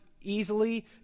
easily